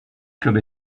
club